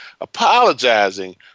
apologizing